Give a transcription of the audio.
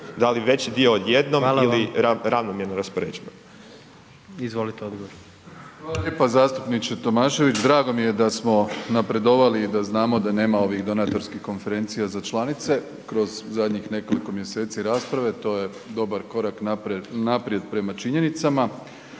Izvolite odgovor. **Plenković, Andrej (HDZ)** Hvala lijepo zastupniče Tomašević. Drago mi je da smo napredovali i da znamo da nema ovih donatorskih konferencija za članice kroz zadnjih nekoliko mjeseci rasprave, to je dobar korak naprijed prema činjenicama.